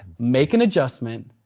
make an adjustment,